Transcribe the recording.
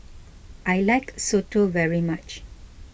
I like Soto very much